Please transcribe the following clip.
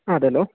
അതേല്ലോ